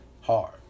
Hard